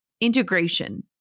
integration